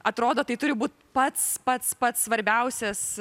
atrodo tai turi būt pats pats pats svarbiausias